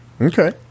Okay